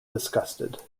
disgusted